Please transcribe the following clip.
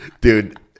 Dude